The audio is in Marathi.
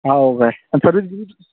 हो काय आणि सर्विस गिर्विस